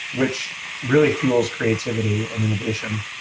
which really fuels creativity and innovation,